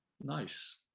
nice